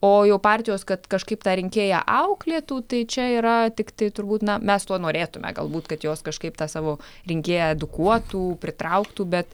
o jau partijos kad kažkaip tą rinkėją auklėtų tai čia yra tiktai turbūt na mes to norėtume galbūt kad jos kažkaip tą savo rinkėją edukuotų pritrauktų bet